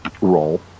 role